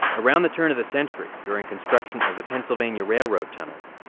around the turn of the century, during construction of the pennsylvania railroad tunnels,